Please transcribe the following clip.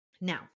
Now